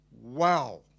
wow